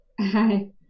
Hi